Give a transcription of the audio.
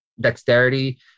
dexterity